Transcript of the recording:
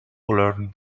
learn